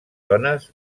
dones